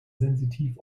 sensitiv